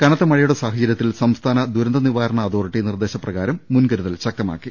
കനത്ത മഴയുടെ സാഹച ര്യത്തിൽ സംസ്ഥാന ദുരന്തനിവാരണ അതോറിറ്റി നിർദ്ദേശപ്രകാരം മുൻകരുതൽ ശക്തമാക്കി